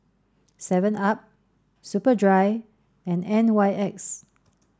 seven up Superdry and N Y X